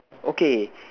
okay